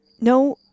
No